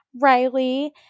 Riley